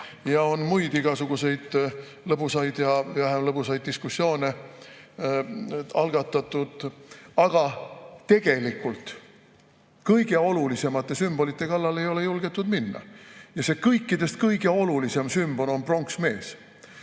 ja on muid igasuguseid lõbusaid ja vähem lõbusaid diskussioone algatatud, aga tegelikult kõige olulisemate sümbolite kallale ei ole julgetud minna. Ja see kõikidest kõige olulisem sümbol on pronksmees. Lisaks